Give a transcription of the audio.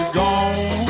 gone